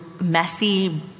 messy